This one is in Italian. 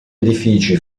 edifici